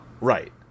Right